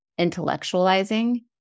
intellectualizing